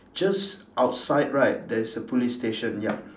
just outside right there is a police station yup